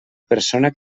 persona